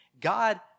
God